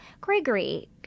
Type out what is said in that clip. Gregory